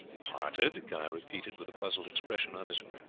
parted? guy repeated with a puzzled expression on his face.